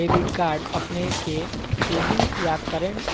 debit card अपने के savings या करंट